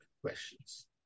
questions